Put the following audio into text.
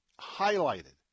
highlighted